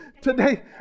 today